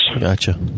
Gotcha